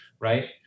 right